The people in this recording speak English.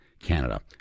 Canada